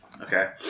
okay